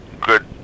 Good